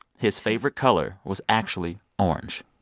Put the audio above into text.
his favorite color was actually orange